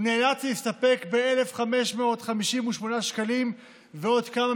הוא נאלץ להסתפק ב-1,558 שקלים ועוד כמה